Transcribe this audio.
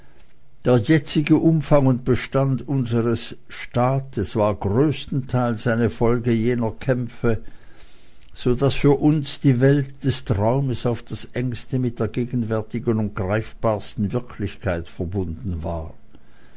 der jetzige umfang und bestand unseres staates war größtenteils eine folge jener kämpfe so daß für uns die welt des traumes auf das engste mit der gegenwärtigen und greifbarsten wirklichkeit verbunden war